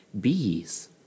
Bees